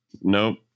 Nope